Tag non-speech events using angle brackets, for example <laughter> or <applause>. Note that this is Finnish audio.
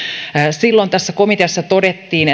silloin tässä komiteassa todettiin <unintelligible>